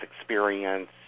experience